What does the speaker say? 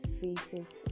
faces